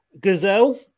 Gazelle